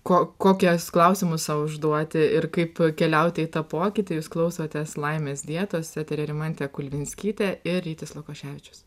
ko kokias klausimus sau užduoti ir kaip keliauti į tą pokytį jūs klausotės laimės dietos etery rimantė kulvinskytė ir rytis lukoševičius